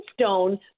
stone